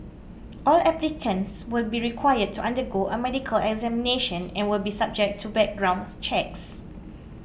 all applicants will be required to undergo a medical examination and will be subject to background checks